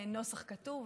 אין נוסח כתוב.